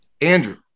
Andrew